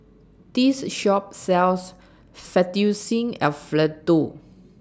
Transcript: This Shop sells Fettuccine Alfredo